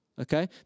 okay